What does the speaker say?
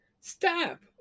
Stop